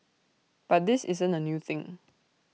but this isn't A new thing